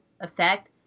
effect